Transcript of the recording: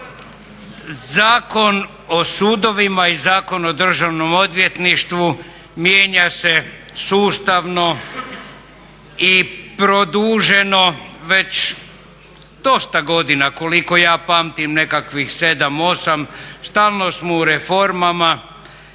Zakon o sudovima i Zakon o Državnom odvjetništvu mijenja se sustavno i produženo već dosta godina, koliko ja pamtim nekakvih 7, 8, stalno smo u reformama